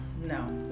no